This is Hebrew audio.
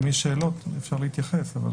אם יש שאלות אפשר להתייחס.